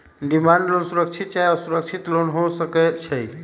demand loan सुरक्षित चाहे असुरक्षित लोन हो सकइ छै